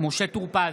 משה טור פז,